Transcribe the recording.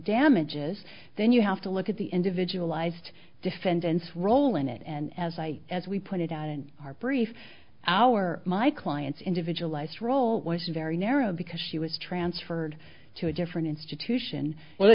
damages then you have to look at the individualized defendant's role in it and as i as we pointed out in our brief our my client's individualized role was very narrow because she was transferred to a different institution well